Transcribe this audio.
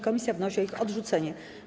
Komisja wnosi o ich odrzucenie.